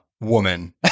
woman